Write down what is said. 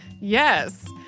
yes